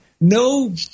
no